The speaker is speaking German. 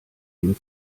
den